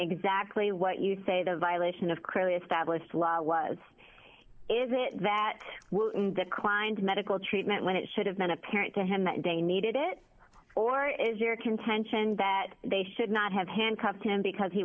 exactly what you say the violation of crilly established law was is it that well in declined medical treatment when it should have been apparent to him that they needed it or is your contention that they should not have handcuffed him because he